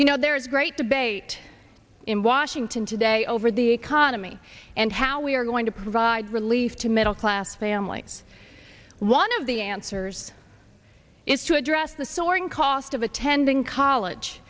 you know there is great debate in washington today over the economy and how we are going to provide relief to middle class families one of the answers is to address the soaring cost of attending college